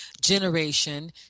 generation